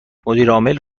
مدیرعامل